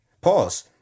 Pause